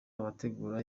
abategura